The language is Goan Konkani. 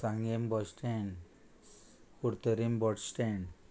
Sanguem bus stand Curtorim bus stand